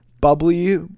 bubbly